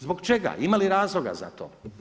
Zbog čega, ima li razloga za to?